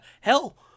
hell